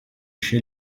chef